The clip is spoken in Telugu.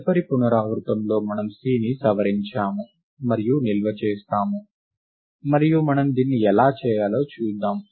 తదుపరి పునరావృతంలో మనము C ని సవరించాము మరియు నిల్వ చేస్తాము మరియు మనం దీన్ని ఎలా చేయాలో చూద్దాం